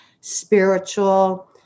spiritual